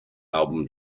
album